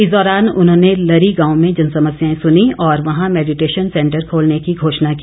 इस दौरान उन्होंने लरी गांव में जनसमस्याएं सुनीं और वहां मैडिटेशन सैंटर खोलने की घोषणा की